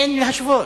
אין להשוות.